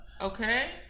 Okay